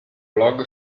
blog